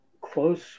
close